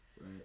Right